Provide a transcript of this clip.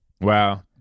Wow